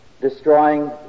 destroying